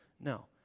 no